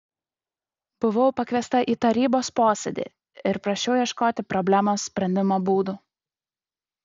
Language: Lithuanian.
buvau pakviesta į tarybos posėdį ir prašiau ieškoti problemos sprendimo būdų